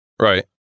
Right